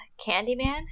Candyman